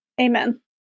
Amen